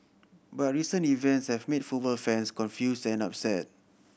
but recent events have made football fans confused and upset